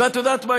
ואת יודעת מה?